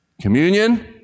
communion